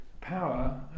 power